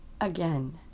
again